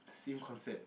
same concept